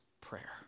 prayer